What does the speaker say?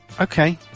Okay